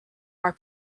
are